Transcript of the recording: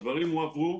והדברים הועברו